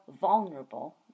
vulnerable